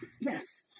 Yes